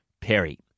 Perry